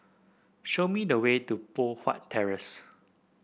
show me the way to Poh Huat Terrace